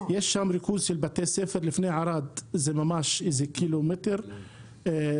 יש שם ריכוז של בתי ספר, איזה קילומטר לפני ערד.